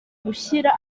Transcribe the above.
gushyira